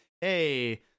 Hey